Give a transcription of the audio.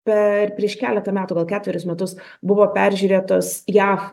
per prieš keletą metų gal keturis metus buvo peržiūrėtos jav